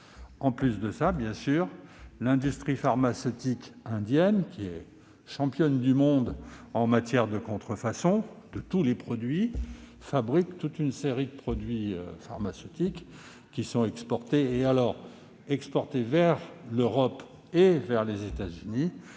sérieuses ! De plus, l'industrie pharmaceutique indienne, qui est championne du monde en matière de contrefaçon, fabrique toute une série de produits pharmaceutiques qui sont exportés vers l'Europe et vers les États-Unis,